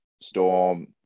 Storm